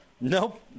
Nope